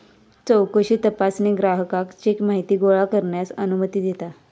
चौकशी तपासणी ग्राहकाक चेक माहिती गोळा करण्यास अनुमती देता